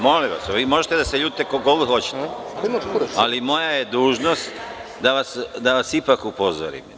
Molim vas, vi možete da se ljutite koliko god hoćete, ali moja je dužnost da vas ipak upozorim.